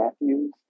Matthews